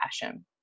fashion